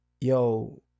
yo